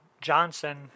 Johnson